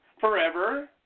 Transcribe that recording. Forever